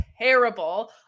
terrible